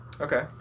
Okay